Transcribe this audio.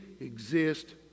exist